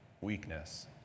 weakness